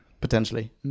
Potentially